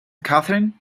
catherine